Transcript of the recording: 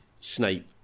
Snape